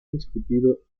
discutido